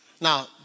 Now